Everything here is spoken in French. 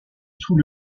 sous